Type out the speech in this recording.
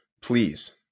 please